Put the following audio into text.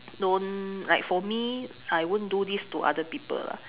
don't like for me I won't do this to other people lah